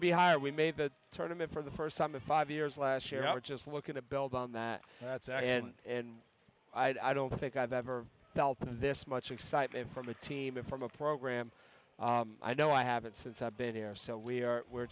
can be high we made the tournament for the first time in five years last year i was just looking to build on that and i don't think i've ever felt this much excitement from the team and from a program i know i haven't since i've been here so we are we're